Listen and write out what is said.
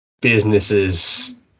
businesses